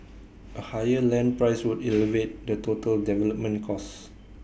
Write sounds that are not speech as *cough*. A higher land price would *noise* elevate the total development cost